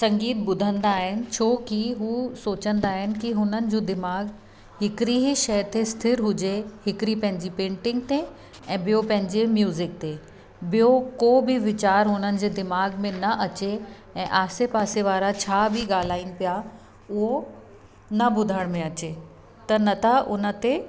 संगीत ॿुधंदा आहिनि छोकी उहे सोचंदा आहिनि की हुननि जो दिमाग़ु हिकिड़ी ई शइ ते स्थिर हुजे हिकिड़ी पंहिंजी पेंटिंग ते ऐं ॿियो पंहिंजे म्यूज़िक ते ॿियो को बि वीचारु हुननि जे दिमाग़ में न अचे ऐं आसे पासे वारा छा बि ॻाल्हाइनि पिया उहो न ॿुधण में अचे त न त उन ते